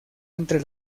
entre